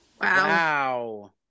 Wow